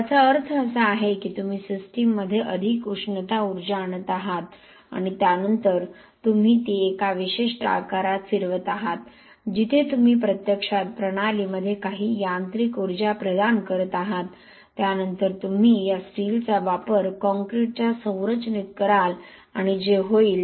याचा अर्थ असा आहे की तुम्ही सिस्टममध्ये अधिक उष्णता उर्जा आणत आहात आणि त्यानंतर तुम्ही ती एका विशिष्ट आकारात फिरवत आहात जिथे तुम्ही प्रत्यक्षात प्रणालीमध्ये काही यांत्रिक ऊर्जा प्रदान करत आहात त्यानंतर तुम्ही या स्टीलचा वापर काँक्रीटच्या संरचनेत कराल आणि जे होईल